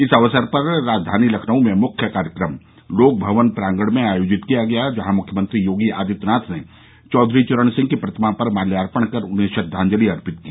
इस अवसर पर राजधानी लखनऊ में मुख्य कार्यक्रम लोक भवन प्रांगण में आयोजित किया गया जहां मुख्यमंत्री योगी आदित्यनाथ ने चौधरी चरण सिंह की प्रतिमा पर माल्यार्पण कर उन्हें श्रद्वाजंलि अर्पित की